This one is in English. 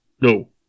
No